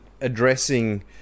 addressing